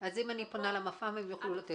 אם אני פונה אליהם, הם יוכלו לתת לי.